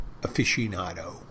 aficionado